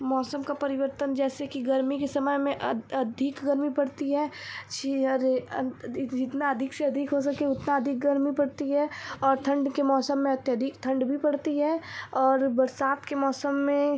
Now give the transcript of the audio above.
मौसम का परिवर्तन जैसे कि गर्मी के समय में अधिक गर्मी पड़ती है अरे जितना अधिक से अधिक हो सके उतना अधिक गर्मी पड़ती है और थंड के मौसम में अत्यधिक थंड भी पड़ती है और बरसात के मौसम में